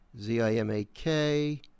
Z-I-M-A-K